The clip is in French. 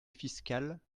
fiscale